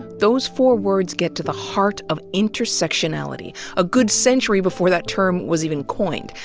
those four words get to the heart of intersectionality, a good century before that term was even coined.